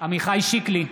עמיחי שיקלי,